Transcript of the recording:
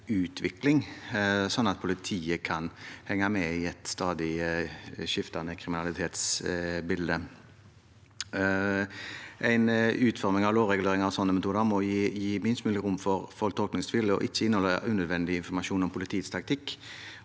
metodeutviklingen, sånn at politiet kan henge med i et stadig skiftende kriminalitetsbilde. En utforming av lovregulering av sånne metoder må gi minst mulig rom for tolkningstvil og ikke inneholde unødvendig informasjon som vil gi